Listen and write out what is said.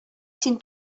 син